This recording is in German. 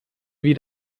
wie